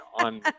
on